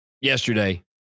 yesterday